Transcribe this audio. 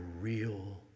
real